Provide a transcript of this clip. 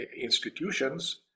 institutions